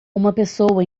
pessoa